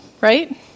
right